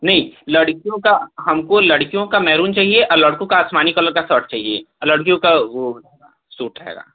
नहीं लड़कियों का हमको लड़कियों का मैरून चाहिए और लड़कों का आसमानी कलर का सर्ट चाहिए लड़कियों का वो सूट रहेगा